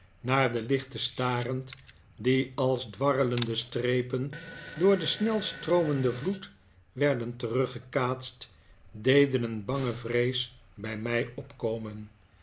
naar de lichten starend die als dwarrelende strepen door den snelstroomenden vloed werden teruggekaatst deden een bange vrees bij mij opkomen